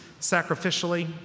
sacrificially